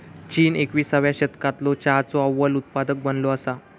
चीन एकविसाव्या शतकालो चहाचो अव्वल उत्पादक बनलो असा